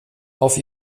auf